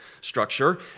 structure